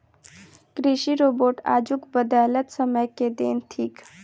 कृषि रोबोट आजुक बदलैत समय के देन थीक